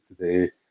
today